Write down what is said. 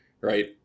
right